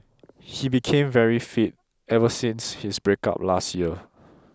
he became very fit ever since his breakup last year